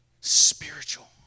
spiritual